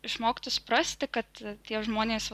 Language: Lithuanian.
išmokti suprasti kad tie žmonės